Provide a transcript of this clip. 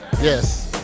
Yes